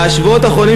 בשבועות האחרונים,